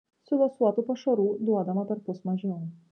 silosuotų pašarų duodama perpus mažiau